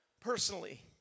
personally